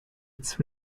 its